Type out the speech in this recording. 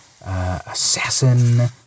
assassin